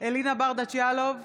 אלינה ברדץ' יאלוב,